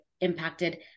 impacted